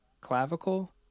clavicle